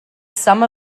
some